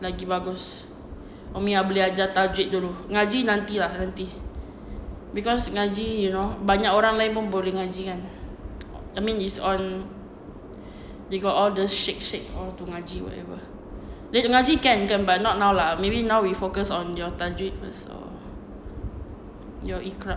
lagi bagus umi boleh ajar tajwid dulu ngaji nanti lah nanti because ngaji you know banyak orang lain pun boleh ngaji kan I mean it's on they got all the sheikh sheikh all to ngaji whatever then ngaji can can but not now lah now we focus on your tajwid first or your iqra